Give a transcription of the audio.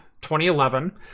2011